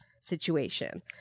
situation